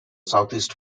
southeast